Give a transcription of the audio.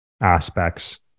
aspects